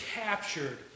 captured